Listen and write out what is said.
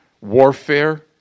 warfare